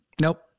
Nope